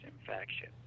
infection